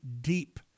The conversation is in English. deep